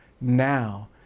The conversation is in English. now